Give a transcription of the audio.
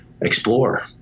explore